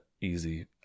easy